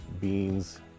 beans